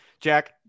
Jack